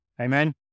Amen